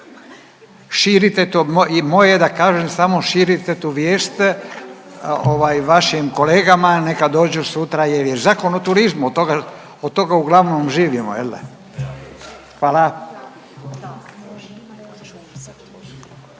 je da kažem samo širite tu vijest vašim kolegama neka dođu sutra, jer je Zakon o turizmu, od toga uglavnom živimo. Hvala.